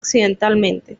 accidentalmente